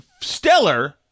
Stellar